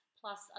plus